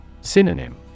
Synonym